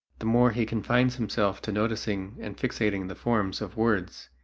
the more he confines himself to noticing and fixating the forms of words,